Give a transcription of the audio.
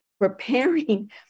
preparing